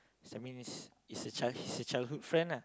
so I mean he's he's a child he's a childhood friend ah